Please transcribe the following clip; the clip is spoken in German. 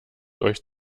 euch